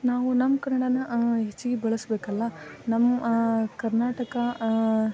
ನಾವು ನಮ್ಮ ಕನ್ನಡಾನ್ನ ಹೆಚ್ಚಿಗೆ ಬಳಸಬೇಕಲ್ಲ ನಮ್ಮ ಕರ್ನಾಟಕ